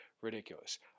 ridiculous